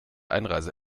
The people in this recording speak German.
einreise